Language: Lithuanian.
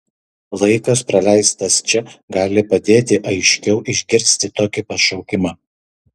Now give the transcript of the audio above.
laikas praleistas čia gali padėti aiškiau išgirsti tokį pašaukimą